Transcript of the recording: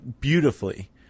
beautifully